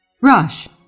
rush